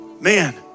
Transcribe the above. man